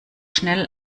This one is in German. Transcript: schnell